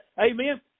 Amen